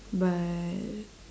but